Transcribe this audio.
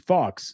Fox